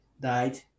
died